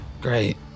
Great